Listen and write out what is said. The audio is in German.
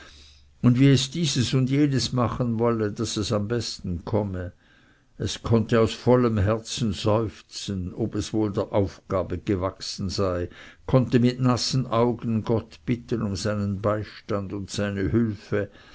obliege wie es dieses und jenes machen wolle daß es am besten komme konnte aus vollem herzen seufzen ob es wohl der aufgabe gewachsen sei konnte mit nassen augen gott bitten um seinen beistand und seine hülfe